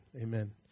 Amen